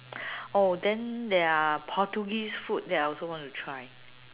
oh then there are Portuguese food that I also want to try